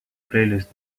playlist